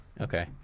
okay